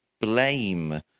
blame